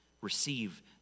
receive